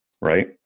Right